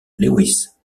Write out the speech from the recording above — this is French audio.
lewis